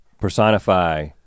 personify